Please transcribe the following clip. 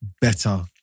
better